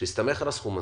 שהסתמך על הסכום הזה,